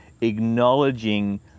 acknowledging